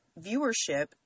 viewership